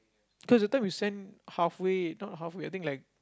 because that time we send halfway not halfway I think like